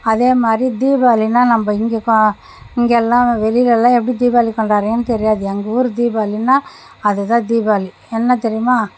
அதே மாதிரி தீபாவளின்னா நம்ம இங்கே கா இங்கே எல்லாம் வெளியில் எல்லாம் எப்படி தீபாவளி கொண்டாடுவோன்னு தெரியாது எங்கள் ஊர் தீபாவளின்னா அதுதான் தீபாவளி என்ன தெரியுமா